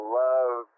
love